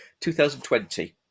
2020